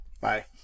bye